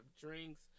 drinks